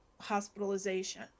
hospitalization